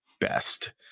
best